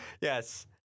Yes